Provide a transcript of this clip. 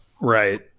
right